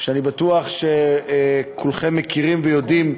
שאני בטוח שכולכם מכירים ויודעים